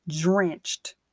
drenched